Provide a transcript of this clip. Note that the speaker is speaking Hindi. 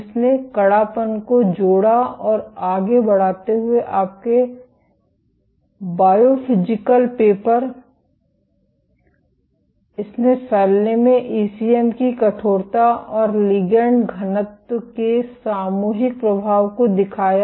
जिसने कड़ापन को जोड़ा और आगे बढ़ते हुए आपके बायोफिज़िकल पेपर इसने फैलने में ईसीएम की कठोरता और लिगैंड घनत्व के सामूहिक प्रभाव को दिखाया